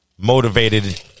motivated